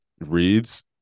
reads